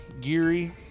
Geary